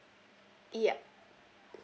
ya